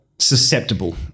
susceptible